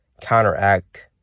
counteract